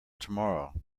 tomorrow